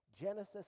Genesis